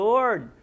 Lord